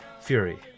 fury